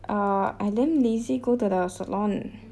uh I damn lazy go to the salon